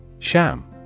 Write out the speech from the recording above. Sham